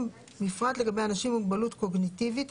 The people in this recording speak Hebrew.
בפרט לגבי אנשים עם מוגבלות קוגניטיבית,